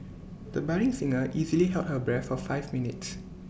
the budding singer easily held her breath for five minutes